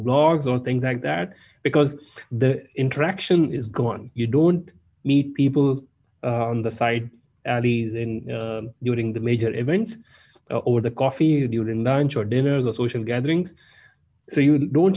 blogs or things like that beca se the interaction is gone you don't meet peopl on the side alleys in during the major events or the coffee during lunch or dinner or social gatherings so you don't